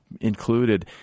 included